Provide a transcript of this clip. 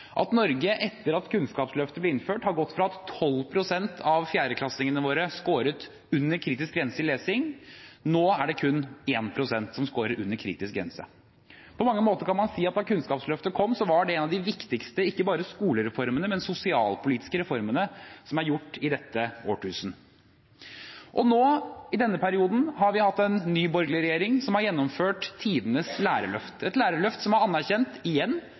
at Norge etter at Kunnskapsløftet ble innført, har gått fra at 12 pst. av fjerdeklassingene våre skåret under kritisk grense i lesing, til at det nå er kun 1 pst. som skårer under kritisk grense. På mange måter kan man si at da Kunnskapsløftet kom, var det en av de viktigste ikke bare skolereformene, men sosialpolitiske reformene som er gjort i dette årtusen. Og nå, i denne perioden, har vi hatt en ny borgerlig regjering som har gjennomført tidenes lærerløft – et lærerløft som igjen har anerkjent